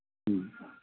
ꯎꯝ